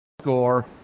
score